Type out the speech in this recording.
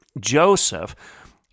Joseph